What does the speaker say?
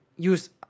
use